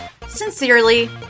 Sincerely